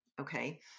okay